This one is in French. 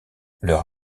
leur